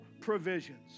provisions